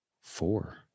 Four